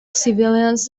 civilians